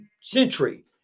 Century